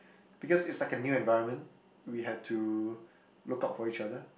because it's like a new environment we had to look out for each other